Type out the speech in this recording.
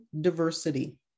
diversity